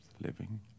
living